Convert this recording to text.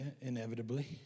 inevitably